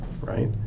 right